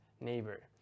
neighbor